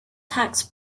tax